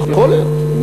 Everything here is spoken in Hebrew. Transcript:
יכול להיות.